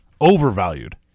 overvalued